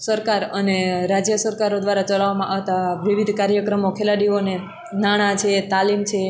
સરકાર અને રાજ્ય સરકારો દ્વારા ચલાવામાં આવતા વિવિધ કાર્યક્રમો ખેલાડીઓને નાણાં છે તાલીમ છે